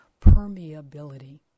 permeability